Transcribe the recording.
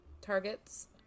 targets